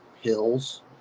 hills